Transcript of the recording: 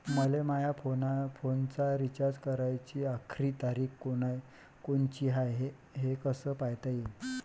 मले माया फोनचा रिचार्ज कराची आखरी तारीख कोनची हाय, हे कस पायता येईन?